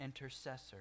intercessor